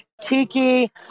tiki